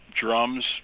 Drums